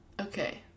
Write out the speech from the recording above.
Okay